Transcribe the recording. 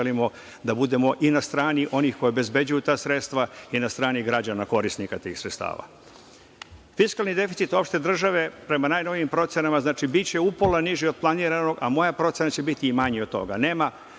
da budemo i na strani onih koji obezbeđuju ta sredstva i na strani građana, korisnika tih sredstava. Fiskalni deficit opšte države, prema najnovijim procenama, biće upola niži od planiranog, a moja procena je da će biti i manji od toga. Nema